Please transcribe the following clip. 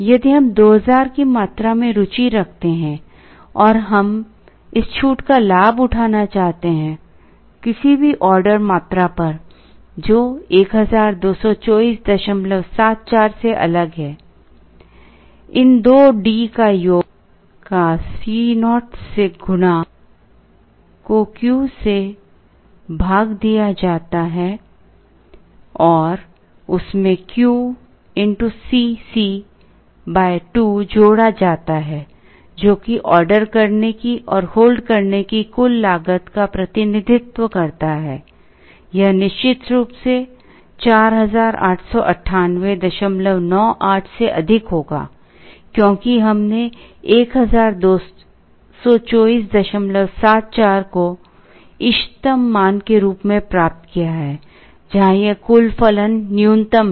यदि हम 2000 की मात्रा में रुचि रखते हैं और हम इस छूट का लाभ उठाना चाहते हैं किसी भी ऑर्डर मात्रा पर जो 122474 से अलग है इन दो D का योग का Co से गुणा को Q से भाग दिया जाता है और उसमें Q Cc 2 जोड़ा जाता है जो कि ऑर्डर करने की और होल्ड करने की कुल लागत का प्रतिनिधित्व करता है यह निश्चित रूप से 489898 से अधिक होगा क्योंकि हमने 122474 को इष्टतम मान के रूप में प्राप्त किया है जहां यह कुल फलन न्यूनतम है